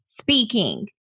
speaking